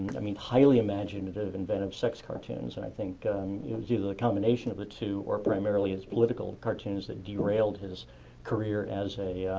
i mean, highly imagined vivid inventive sex cartoons. and i think it was either the combination of the two or primarily his political cartoons that derailed his career as a